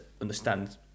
understand